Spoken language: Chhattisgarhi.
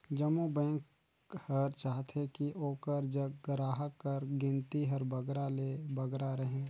जम्मो बेंक हर चाहथे कि ओकर जग गराहक कर गिनती हर बगरा ले बगरा रहें